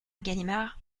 galimard